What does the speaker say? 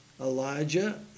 Elijah